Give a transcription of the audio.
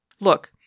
Look